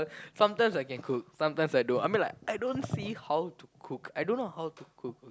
sometimes I can cook sometime I don't I mean like I don't see how to cook I don't know how to cook